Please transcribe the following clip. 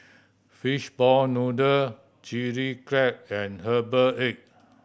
fishball noodle Chilli Crab and herbal egg